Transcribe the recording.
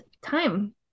time